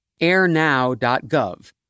airnow.gov